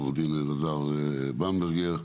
עו"ד אלעזר במברגר,